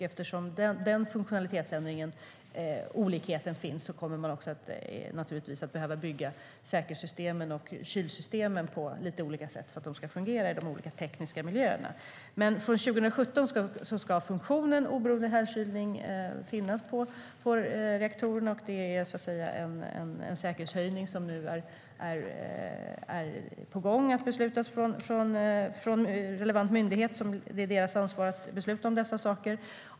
Eftersom den olikheten finns kommer man naturligtvis att behöva bygga säkerhetssystemen och kylsystem på lite olika sätt för att de ska fungera i de skilda tekniska miljöerna. Från 2017 ska funktionen oberoende härdkylning finnas i reaktorerna. Det är en säkerhetshöjning som är på gång att beslutas från relevant myndighet, som ju har ansvaret att besluta om dessa saker.